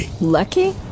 Lucky